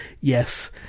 Yes